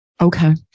Okay